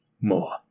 more